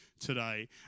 today